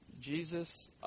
Jesus